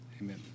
Amen